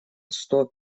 сто